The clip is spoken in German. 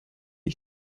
ich